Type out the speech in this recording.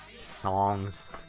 Songs